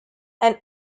and